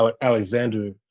Alexander